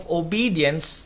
obedience